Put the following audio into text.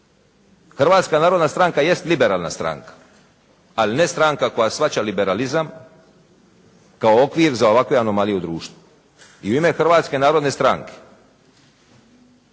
mora dati. HNS-a jest liberalna stranka ali ne stranka koja shvaća liberalizam kao okvir za ovakvu anomaliju u društvu. I u ime HNS-a apeliram